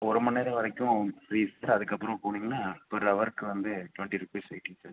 ஒரு மணி நேரம் வரைக்கும் ஃபிரீ சார் அதுக்கப்புறம் போனீங்கன்னால் பெர் ஹவருக்கு வந்து டொண்ட்டி ரூபீஸ் வெயிட்டிங் சார்ஜ்